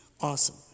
Awesome